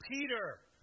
Peter